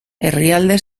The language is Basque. herrialde